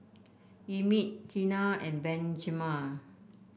Emit Tina and Benjaman